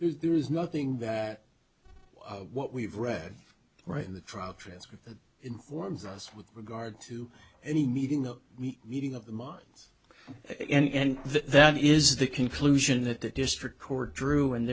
is there is nothing that what we've read right in the trial transcript that informs us with regard to any meeting the meeting of the minds and that is the conclusion that the district court drew and